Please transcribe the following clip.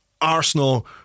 Arsenal